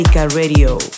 Radio